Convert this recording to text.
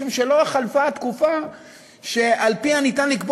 משום שלא חלפה התקופה שעל-פיה אפשר לקבוע